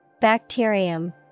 Bacterium